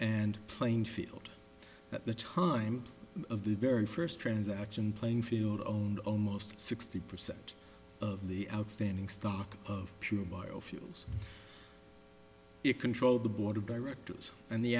and plainfield at the time of the very first transaction playing field owned almost sixty percent of the outstanding stock of pure biofuels you control the board of directors and the